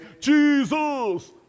Jesus